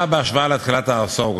הרציונל של הצעה לסדר-היום,